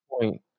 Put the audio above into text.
point